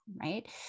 right